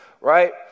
right